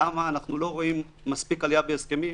למה אנחנו לא רואים מספיק עלייה בהסכמים